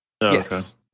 Yes